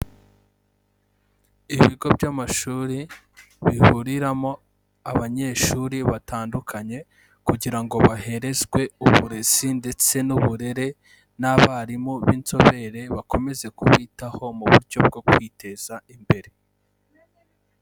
Ibigo by'amashuri bihuriramo abanyeshuri batandukanye, kugira ngo baherezwe uburezi ndetse n'uburere, n'abarimu b'inzobere bakomeze kubitaho mu buryo bwo kwiteza imbere.